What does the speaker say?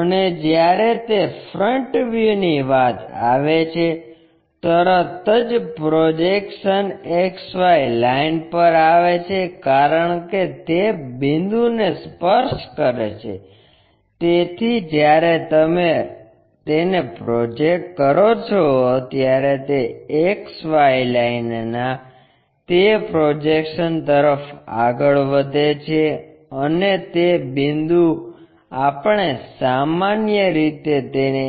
અને જ્યારે તે ફ્રન્ટ વ્યૂની વાત આવે છે તરત જ પ્રોજેક્શન XY લાઇન પર આવે છે કારણ કે તે બિંદુને સ્પર્શ કરે છે તેથી જ્યારે તમે તેને પ્રોજેકટ કરો છો ત્યારે તે XY લાઇનના તે પ્રોજેક્શન તરફ આગળ વધે છે અને તે બિંદુ આપણે સામાન્ય રીતે તેને